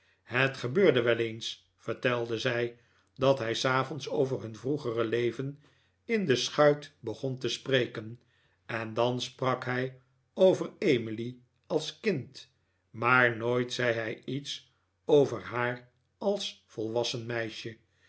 het gebeurde wel eens vertelde zij dat hij s avonds over hun vroegere leven in de schuit begon te spreken en dan sprak hij over emily als kind maar nooit zei hij iets over haar als volwassen meisje